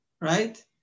right